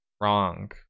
wrong